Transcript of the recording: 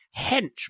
hench